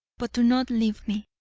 but do not leave me.